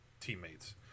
teammates